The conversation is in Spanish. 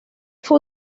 fue